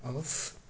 of